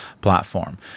platform